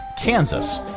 Kansas